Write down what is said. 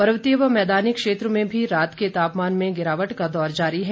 पर्वतीय व मैदानी क्षेत्रों में भी रात के तापमान में गिरावट का दौर जारी है